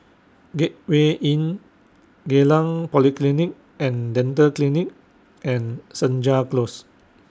Gateway Inn Geylang Polyclinic and Dental Clinic and Senja Close